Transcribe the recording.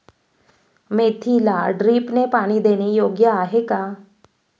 मेथीला ड्रिपने पाणी देणे योग्य आहे का?